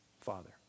Father